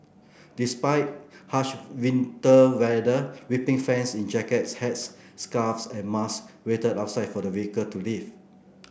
despite harsh winter weather weeping fans in jackets hats scarves and masks waited outside for the vehicle to leave